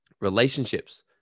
relationships